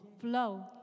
flow